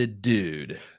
dude